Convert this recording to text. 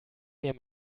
mehr